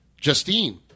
Justine